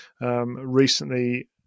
recently